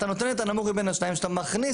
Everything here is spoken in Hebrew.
אתה נותן את הנמוך מבין השניים כשאתה מכניס